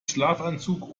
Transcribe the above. schlafanzug